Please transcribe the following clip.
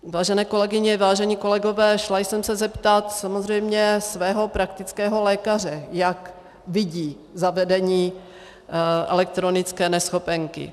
Vážené kolegyně, vážení kolegové, šla jsem se zeptat samozřejmě svého praktického lékaře, jak vidí zavedení elektronické neschopenky.